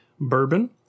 Bourbon